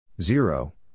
Zero